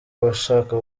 abashaka